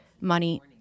money